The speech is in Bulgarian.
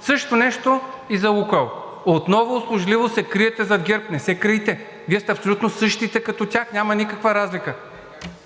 Същото нещо и за „Лукойл“ – отново услужливо се криете зад ГЕРБ. Не се крийте! Вие сте абсолютно същите като тях, няма никаква разлика.